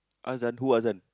Azan who Azan